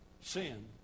sin